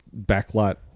backlot